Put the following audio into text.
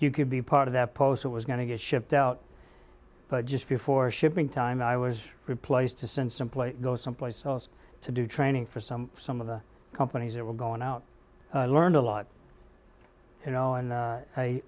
you could be part of that post it was going to get shipped out but just before shipping time i was replaced to send someplace go someplace else to do training for some some of the companies that were going out learned a lot you know and